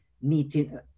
meeting